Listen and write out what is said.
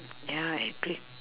ya I agree